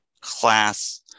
class